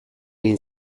egin